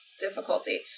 difficulty